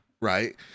right